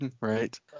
Right